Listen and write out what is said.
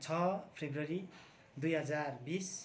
छ फेब्रुअरी दुई हजार बिस